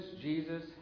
Jesus